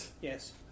Yes